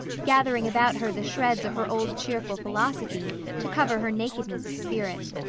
gathering about her the shreds of her old cheerful philosophy to cover her nakedness of spirit.